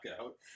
out